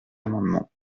amendement